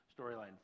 storyline